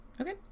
Okay